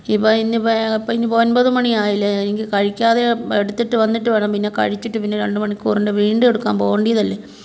ഇപ്പം ഇന്നിപ്പം ഇപ്പം ഇനിപ്പം ഒൻപത് മണിയായില്ലേ എനിക്ക് കഴിക്കാതെയോ എടുത്തിട്ട് വന്നിട്ട് വേണം പിന്നെ കഴിച്ചിട്ട് പിന്നെ രണ്ട് മണിക്കൂറിൻ്റെ വീണ്ടും എടുക്കാൻ പോകണ്ടിയതല്ലേ